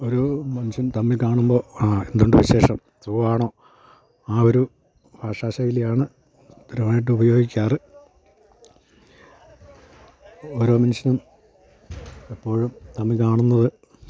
ഒരു മനുഷ്യൻ തമ്മിൽ കാണുമ്പോൾ ആ എന്തുണ്ട് വിശേഷം സുഖമാണോ ആ ഒരു ഭാഷാശൈലിയാണ് സ്ഥിരമായിട്ട് ഉപയോഗിക്കാറ് ഓരോ മനുഷ്യനും എപ്പോഴും തമ്മിൽ കാണുന്നത്